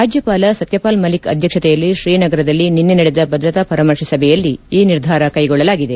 ರಾಜ್ಯಪಾಲ ಸತ್ಯಪಾಲ್ ಮಲಿಕ್ ಅಧ್ಯಕ್ಷತೆಯಲ್ಲಿ ಶ್ರೀನಗರದಲ್ಲಿ ನಿನ್ನೆ ನಡೆದ ಭದ್ರತಾ ಪರಾಮರ್ಶೆ ಸಭೆಯಲ್ಲಿ ಈ ನಿರ್ಧಾರ ಕ್ಷೆಗೊಳ್ಳಲಾಗಿದೆ